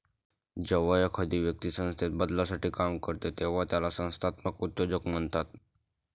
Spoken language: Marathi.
जेव्हा एखादी व्यक्ती संस्थेत बदलासाठी काम करते तेव्हा त्याला संस्थात्मक उद्योजकता म्हणतात